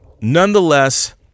Nonetheless